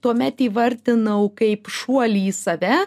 tuomet įvardinau kaip šuolį į save